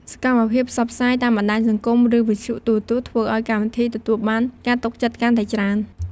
សកម្មភាពផ្សព្វផ្សាយតាមបណ្ដាញសង្គម ឬវិទ្យុទូរទស្សន៍ធ្វើឲ្យកម្មវិធីទទួលបានការទុកចិត្តកាន់តែច្រើន។